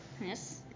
Yes